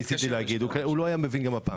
הוא לא היה מבין גם הפעם.